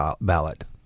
ballot